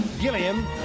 Gilliam